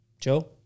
Joe